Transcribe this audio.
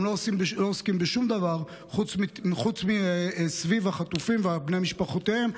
הם לא עוסקים בשום דבר חוץ מאשר סביב החטופים ובני משפחותיהם.